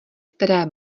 které